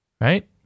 Right